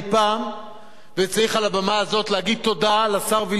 וצריך מעל הבמה הזאת להגיד תודה לשר וילנאי ולממשלה,